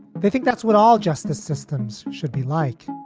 they think that's what all justice systems should be like.